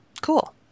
Cool